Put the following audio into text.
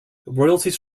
royalties